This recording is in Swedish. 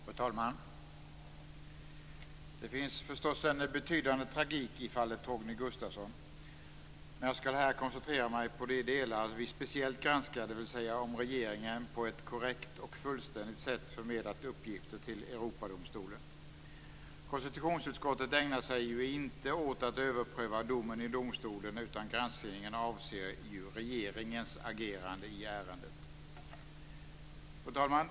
Fru talman! Det finns förstås en betydande tragik i fallet Torgny Gustafsson. Men jag skall här koncentrera mig på de delar vi speciellt granskar, dvs. om regeringen på ett korrekt och fullständigt sätt förmedlat uppgifter till Europadomstolen. Konstitutionsutskottet ägnar sig ju inte åt att överpröva domen i domstolen, utan granskningen avser regeringens agerande i ärendet. Fru talman!